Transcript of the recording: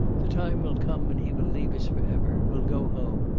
the time will come, and he will leave us for ever, will go home,